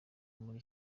muri